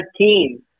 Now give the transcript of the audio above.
team